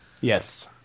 Yes